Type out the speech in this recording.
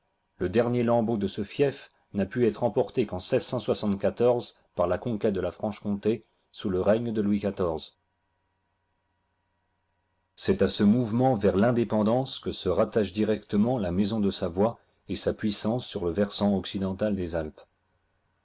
le dernier lambeau de ce fief n'a pu être emporté qu'en par la conquête de la franche-comté sous le règne de louis xiv c'est à ce mouvement vers l'indépendance que se rattachent directement la maison de savoie et sa puissance sur le versant occidental des alpes